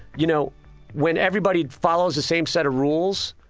you know when everybody follows the same set of rules,